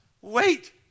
wait